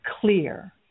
clear